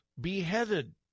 beheaded